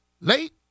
Late